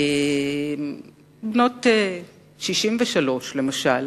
בנות 63 למשל,